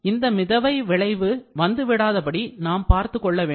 இந்த மிதவை விளைவு வந்து விடாதபடி நாம் பார்த்துக் கொள்ள வேண்டும்